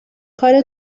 کار